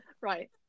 right